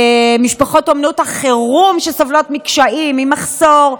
משפחות אומנות החירום, שסובלות מקשיים, ממחסור,